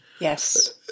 Yes